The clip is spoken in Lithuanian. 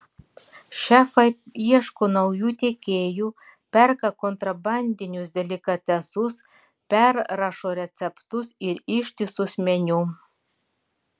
šefai ieško naujų tiekėjų perka kontrabandinius delikatesus perrašo receptus ir ištisus meniu